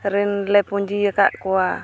ᱨᱮᱱ ᱞᱮ ᱯᱩᱸᱡᱤᱭᱟᱠᱟᱫ ᱠᱚᱣᱟ